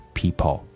people